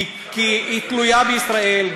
כי היא תלויה בישראל,